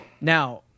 now